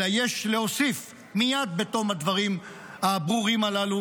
אלא יש להוסיף מייד בתום הדברים הברורים הללו